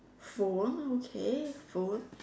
phone okay phone